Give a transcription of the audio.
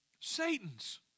Satan's